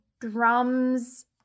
drums